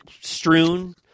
strewn